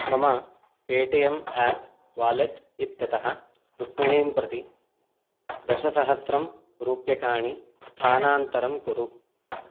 मम Paytm app wallet इत्यतः रुक्मिणीं प्रति दशसहस्रं रूप्यकाणि स्थानान्तरं कुरु